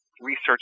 Research